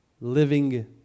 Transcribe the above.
living